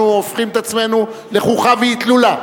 אנחנו הופכים את עצמנו לחוכא ואטלולא.